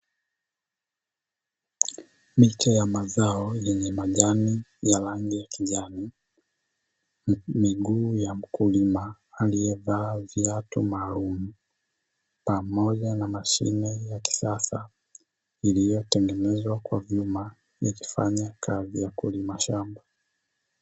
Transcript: Miche ya mazao yenye majani ya rangi ya kijani, miguu ya mkulima aliyevaa viatu maalumu pamoja na mashine ya kisasa iliyotengenezwa kwa vyuma, ikifanya kazi ya kulima shamba.